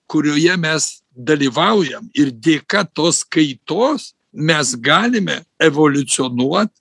kurioje mes dalyvaujam ir dėka tos kaitos mes galime evoliucionuot